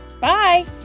bye